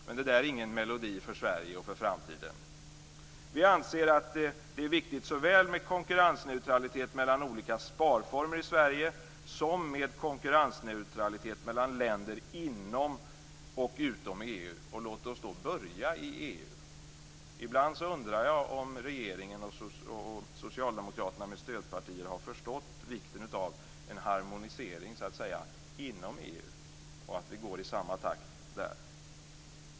Men det är ingen melodi för Sverige och för framtiden. Vi anser att det är viktigt med såväl konkurrensneutralitet mellan olika sparformer i Sverige som konkurrensneutralitet mellan länder inom och utom EU. Låt oss då börja i EU. Ibland undrar jag om regeringen och socialdemokraterna med stödpartier har förstått vikten av en harmonisering inom EU, att vi går i samma takt.